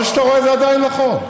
מה שאתה רואה זה עדיין נכון.